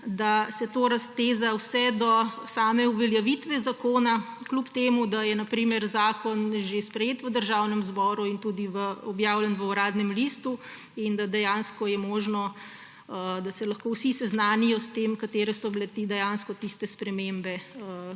da se to razteza vse do same uveljavitve zakona, kljub temu da je na primer zakon že sprejet v Državnem zboru in tudi objavljen v Uradnem listu in da dejansko je možno, da se vsi seznanijo s tem, katere so bile dejansko te spremembe,